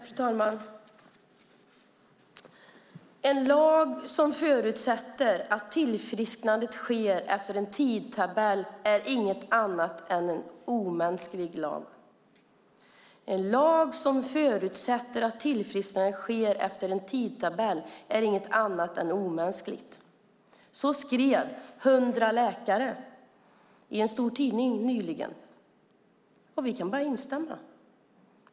Fru talman! En lag som förutsätter att tillfrisknandet sker efter en tidtabell är inget annat än en omänsklig lag. En lag som förutsätter att tillfrisknandet sker efter en tidtabell är inget annat än omänskligt. Så skrev 100 läkare i en stor tidning nyligen. Vi kan bara instämma.